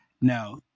Now